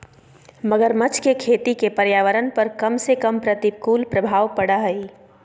मगरमच्छ के खेती के पर्यावरण पर कम से कम प्रतिकूल प्रभाव पड़य हइ